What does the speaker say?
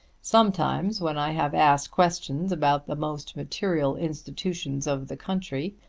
sometimes, when i have asked questions about the most material institutions of the country,